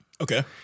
Okay